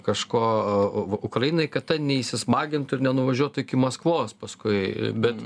kažko o ukrainai kad ta neįsismagintų ir nenuvažiuotų iki maskvos paskui bet